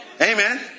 amen